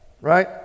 right